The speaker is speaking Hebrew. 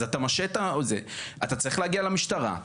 אתה צריך להגיע למשטרה.